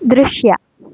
ದೃಶ್ಯ